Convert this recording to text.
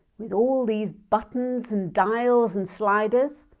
with all these buttons, and dials and sliders.